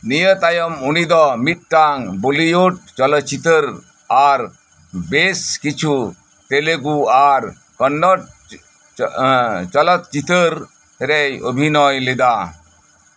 ᱱᱤᱭᱟᱹ ᱛᱟᱭᱚᱢ ᱩᱱᱤ ᱫᱚ ᱢᱤᱫᱴᱟᱝ ᱵᱚᱞᱤᱭᱩᱰ ᱪᱚᱞᱚᱛ ᱪᱤᱛᱟᱹᱨ ᱟᱨ ᱵᱮᱥ ᱠᱤᱪᱷᱩ ᱛᱮᱞᱮᱜᱩ ᱟᱨ ᱠᱚᱱᱱᱚᱲ ᱪᱚᱞᱚᱛ ᱪᱤᱛᱟᱹᱨ ᱨᱮᱭ ᱚᱵᱷᱤᱱᱚᱭ ᱞᱮᱫᱟ